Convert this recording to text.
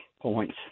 points